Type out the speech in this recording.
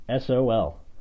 SOL